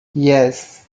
yes